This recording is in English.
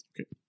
Okay